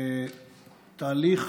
תהליך